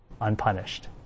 unpunished